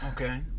Okay